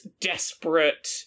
desperate